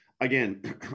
again